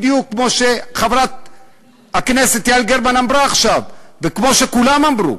בדיוק כמו שחברת הכנסת יעל גרמן עכשיו וכולם אמרו.